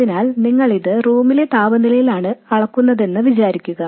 അതിനാൽ നിങ്ങളിത് റൂം താപനിലയിലാണ് അളക്കുന്നതെന്ന് വിചാരിക്കുക